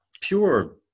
pure